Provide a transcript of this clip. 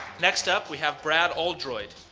next up, we have brad oldroyd.